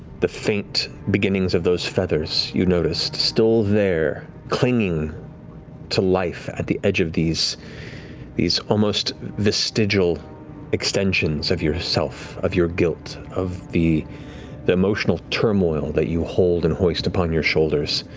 the faint beginnings of those feathers you noticed still there, clinging to life at the edge of these these almost. vestigial extensions of yourself, of your guilt, of the the emotional turmoil that you hold and hoist upon your shoulders.